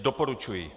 Doporučuji.